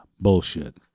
bullshit